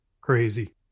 Crazy